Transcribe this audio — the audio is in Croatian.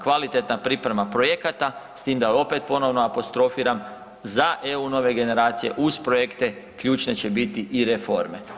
Kvalitetna priprema projekata s tim da opet ponovno apostrofiram, za EU nove generacije uz projekte, ključne će biti i reforme.